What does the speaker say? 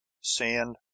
sand